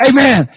Amen